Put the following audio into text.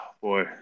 Boy